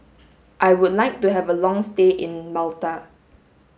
I would like to have a long stay in Malta